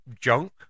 junk